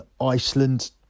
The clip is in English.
Iceland